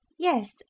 Yes